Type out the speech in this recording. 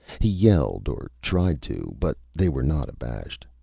he yelled, or tried to, but they were not abashed.